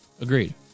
Agreed